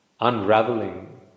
unraveling